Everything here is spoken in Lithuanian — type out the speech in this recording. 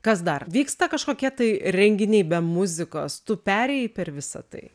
kas dar vyksta kažkokie tai renginiai be muzikos tu perėjai per visa tai